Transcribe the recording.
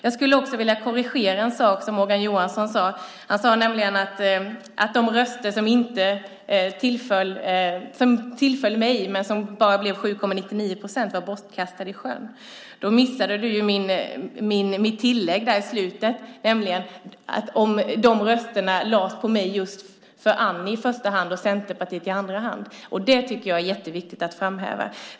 Jag vill korrigera något som Morgan Johansson sade. Han sade att de röster som tillföll mig, men bara var 7,99 procent var bortkastade. Du missade mitt tillägg, nämligen att de rösterna lades på mig i första hand och Centerpartiet i andra hand. Det tycker jag är viktigt att framhäva.